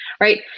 right